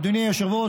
אדוני היושב-ראש,